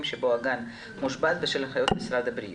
שבהם הגן מושבת בשל הנחיות משרד הבריאות.